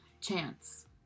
chance